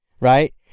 right